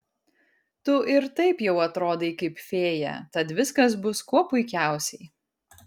tu ir taip jau atrodai kaip fėja tad viskas bus kuo puikiausiai